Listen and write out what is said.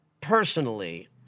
personally